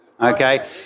okay